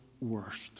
worst